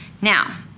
Now